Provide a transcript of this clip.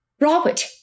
Robert